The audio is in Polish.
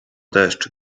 deszcz